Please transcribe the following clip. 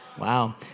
Wow